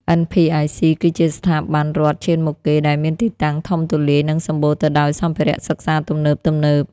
NPIC គឺជាស្ថាប័នរដ្ឋឈានមុខគេដែលមានទីតាំងធំទូលាយនិងសម្បូរទៅដោយសម្ភារសិក្សាទំនើបៗ។